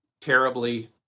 terribly